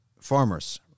farmers